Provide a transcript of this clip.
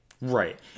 Right